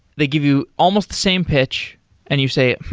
they give you almost the same pitch and you say,